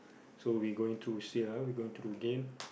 so we going through here ah we going through game